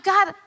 God